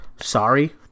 sorry